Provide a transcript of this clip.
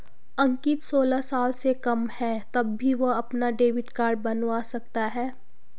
अंकित सोलह साल से कम है तब भी वह अपना डेबिट कार्ड बनवा सकता है